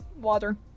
water